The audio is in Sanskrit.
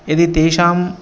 यदि तेषां